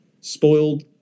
spoiled